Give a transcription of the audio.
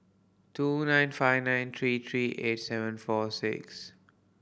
two nine five nine three three eight seven four six